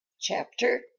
Chapter